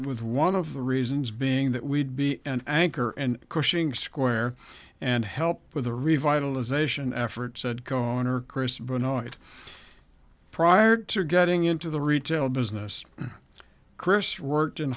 with one of the reasons being that we'd be an anchor and crushing square and help with the revitalization effort said cohen or chris benoit prior to getting into the retail business chris rourke in